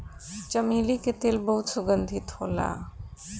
चमेली के तेल बहुत सुगंधित होला